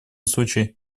случае